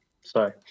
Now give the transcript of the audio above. Sorry